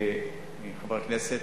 חברי הכנסת,